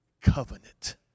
covenant